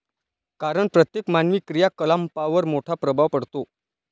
कारण प्रत्येक मानवी क्रियाकलापांवर मोठा प्रभाव पडतो